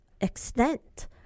extent